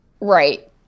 Right